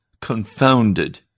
confounded